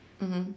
mmhmm